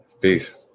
Peace